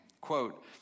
Quote